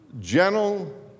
gentle